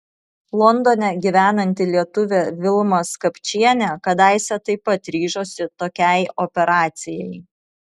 londone gyvenanti lietuvė vilma skapčienė kadaise taip pat ryžosi tokiai operacijai